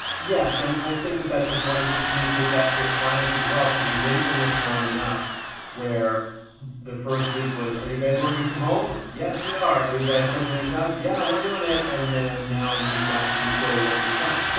yeah, and i think that that's important that you communicate that to your clients, as well, because we've been in this long enough where the first week was, are you guys working from home? yes, we are. are and you guys still doing shots? yeah, we're doing it, and then, now, you've got to show what you've done,